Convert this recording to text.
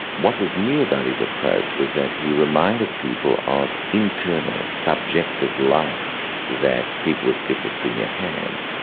what was new about his approach was that he reminded people of internal subjective life that people with schizophrenia had,